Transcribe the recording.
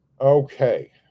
Okay